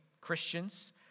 Christians